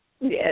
Yes